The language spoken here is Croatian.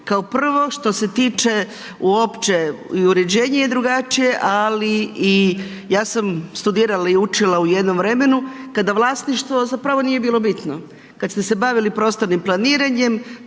Kao prvo što se tiče, uopće i uređenje je drugačije, ali i ja sam studirala i učila u jednom vremenu, kada vlasništvo zapravo nije bilo bitno, kada ste se bavili prostornim planiranjem,